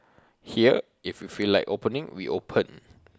here if we feel like opening we open